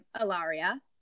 Ilaria